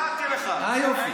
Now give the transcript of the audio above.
אה, יופי.